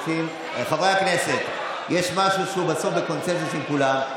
חברי הכנסת, יש משהו שהוא בסוף בקונסנזוס עם כולם.